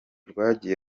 rwagiye